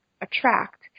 attract